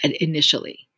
initially